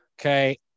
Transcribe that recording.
Okay